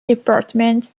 department